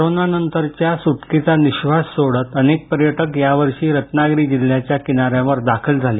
कोरोनानंतरच्या सुटकेचा निःश्वास सोडत अनेक पर्यटक यावर्षी रत्नागिरी जिल्ह्याच्या किनाऱ्यांवर दाखल झाले